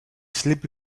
sleepy